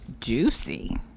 juicy